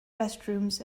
restrooms